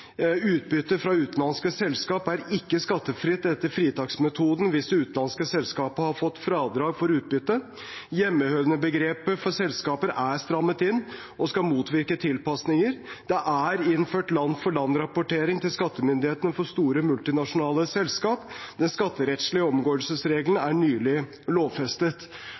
Utbytte fra utenlandske selskaper er ikke skattefritt etter fritaksmetoden hvis det utenlandske selskapet har fått fradrag for utbytte. Hjemmehørendebegrepet for selskaper er strammet inn og skal motvirke tilpasninger. Det er innført land-for-land-rapportering til skattemyndighetene for store multinasjonale selskaper. Den skatterettslige omgåelsesregelen er nylig lovfestet.